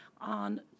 on